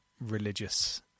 religious